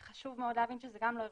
חשוב מאוד להבין שזה גם לא הרמטי.